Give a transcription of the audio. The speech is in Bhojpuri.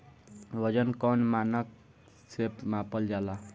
वजन कौन मानक से मापल जाला?